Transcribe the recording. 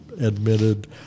admitted